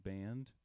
Band